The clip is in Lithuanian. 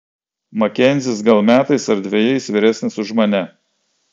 makenzis gal metais ar dvejais vyresnis už mane